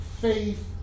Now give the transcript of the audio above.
faith